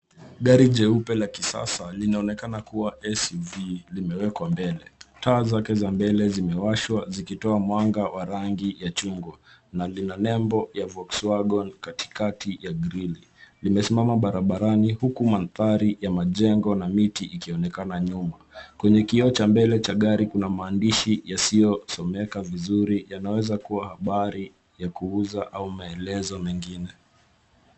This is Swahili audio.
Gari jeupe la kisasa, linaonekana kuwa SUV limewekwa mbele. Taa zale za mbele zimewashwa zikitoa mwanga wa rangi la chungwa na lina nembo ya Volkswagen katikati ya grili. Limesimama barabarani, huku mandhari ya majengo na miti ikionekana nyuma. Kwenye kioo cha mbele cha gari kuna maandishi yasiyosomeka vizuri, yanaweza kuwa habari ya kuuza au maelezo mengine.